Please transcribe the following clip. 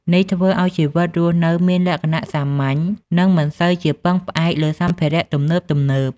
នេះធ្វើឲ្យជីវិតរស់នៅមានលក្ខណៈសាមញ្ញ និងមិនសូវជាពឹងផ្អែកលើសម្ភារៈទំនើបៗ។